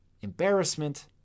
embarrassment